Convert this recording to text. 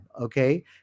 okay